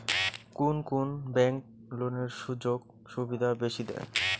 কুন কুন ব্যাংক লোনের সুযোগ সুবিধা বেশি দেয়?